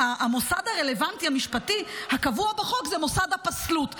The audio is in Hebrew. המוסד הרלוונטי המשפטי הקבוע בחוק זה מוסד הפסלות.